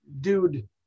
dude